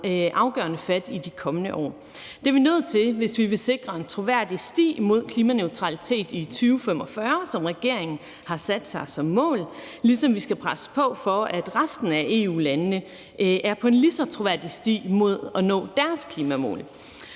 afgørende fat i de kommende år. Det er vi nødt til, hvis vi vil sikre en troværdig sti mod klimaneutralitet i 2045, som regeringen har sat sig som mål, ligesom vi skal presse på for, at resten af EU-landene er på en lige så troværdig sti mod at nå deres klimamål.